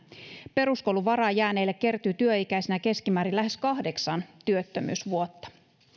peruskoulun varaan jääneille kertyy työikäisenä keskimäärin lähes kahdeksan työttömyysvuotta